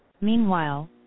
Meanwhile